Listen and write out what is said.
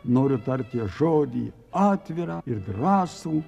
noriu tarti žodį atvirą ir drąsų